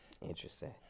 Interesting